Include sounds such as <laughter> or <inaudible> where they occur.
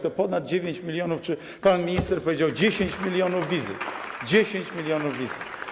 To ponad 9 mln, pan minister powiedział: 10 mln wizyt <applause> - 10 mln wizyt.